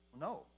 No